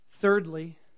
Thirdly